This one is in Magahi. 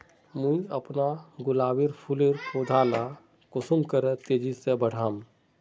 मुई अपना गुलाब फूलेर पौधा ला कुंसम करे तेजी से बढ़ाम?